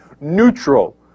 neutral